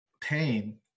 pain